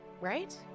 right